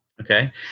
okay